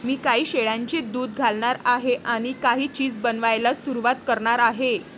मी काही शेळ्यांचे दूध घालणार आहे आणि काही चीज बनवायला सुरुवात करणार आहे